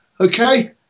Okay